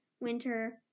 winter